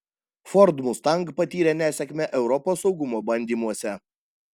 ford mustang patyrė nesėkmę europos saugumo bandymuose